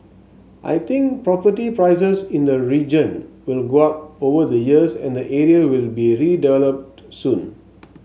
I think property prices in the region will go up over the years and the area will be redeveloped soon